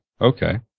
okay